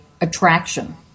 attraction